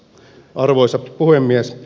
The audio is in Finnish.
arvoisa puhemies